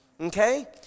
Okay